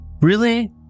Really